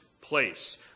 place